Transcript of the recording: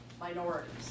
minorities